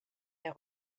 der